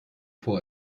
vor